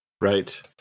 Right